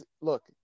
look